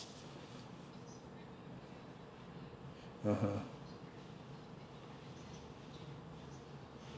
(uh huh)